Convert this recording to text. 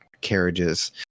carriages